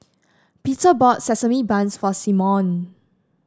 Peter bought sesame bangs for Simeon